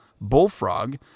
Bullfrog